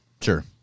sure